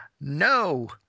no